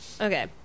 Okay